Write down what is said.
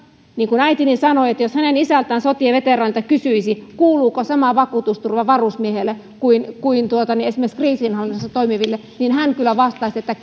niin kuin äitini sanoi että jos hänen isältään sotien veteraanilta kysyisi kuuluuko varusmiehille sama vakuutusturva kuin kuin esimerkiksi kriisinhallinnassa toimiville niin hän kyllä vastaisi että